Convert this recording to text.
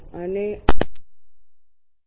અને આ plane strain માટે છે